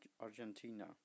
Argentina